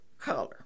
color